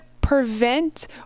prevent